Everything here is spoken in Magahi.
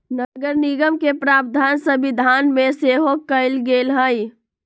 नगरनिगम के प्रावधान संविधान में सेहो कयल गेल हई